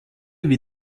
wie